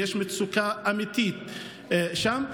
ויש מצוקה אמיתית שם.